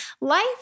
life